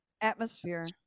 Atmosphere